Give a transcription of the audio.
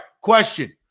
Question